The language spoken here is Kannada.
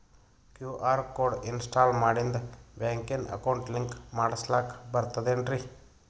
ಕ್ಯೂ.ಆರ್ ಕೋಡ್ ಇನ್ಸ್ಟಾಲ ಮಾಡಿಂದ ಬ್ಯಾಂಕಿನ ಅಕೌಂಟ್ ಲಿಂಕ ಮಾಡಸ್ಲಾಕ ಬರ್ತದೇನ್ರಿ